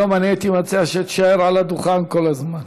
היום הייתי מציע שתישאר על הדוכן כל הזמן.